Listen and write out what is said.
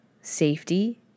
safety